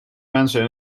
mensen